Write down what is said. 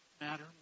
matter